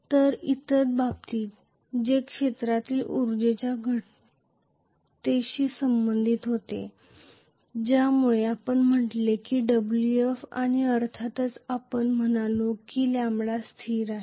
तर इतर बाबतीत जे क्षेत्रातील उर्जेच्या घटतेशी संबंधित होते ज्यामुळे आपण म्हटले आहे WF आणि अर्थातच आपण म्हणालो की λ स्थिर आहे